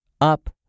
up